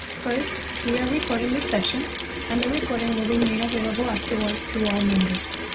first, we are recording the session and the recording will be made available afterwards to all members.